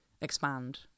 expand